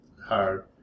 hard